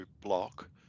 block